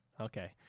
Okay